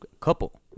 couple